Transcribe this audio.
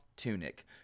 tunic